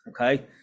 okay